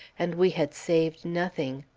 and we had saved nothing.